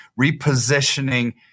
repositioning